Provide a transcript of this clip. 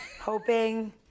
hoping